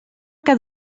que